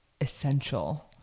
essential